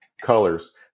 colors